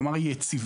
כלומר היא יציבה,